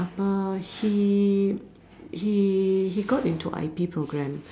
uh he he he got into I_P program